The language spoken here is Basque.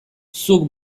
zuk